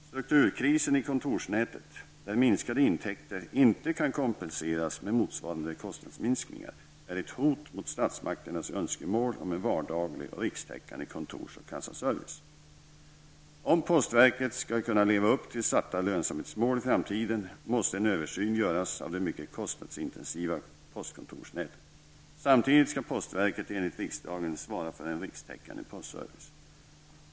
Strukturkrisen i kontorsnätet, där minskade intäkter inte kan kompenseras med motsvarande kostnadsminskningar, är ett hot mot statsmakternas önskemål om en vardaglig och rikstäckande kontors och kassaservice. Om postverket skall kunna leva upp till uppsatta lönsamhetsmål i framtiden måste en översyn göras av det mycket kostnadsintensiva postkontorsnätet. Samtidigt skall postverket enligt riksdagen svara för en rikstäckande postservice.